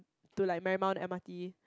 to like Marymount M_R_T